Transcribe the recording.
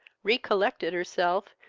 recollected herself,